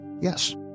Yes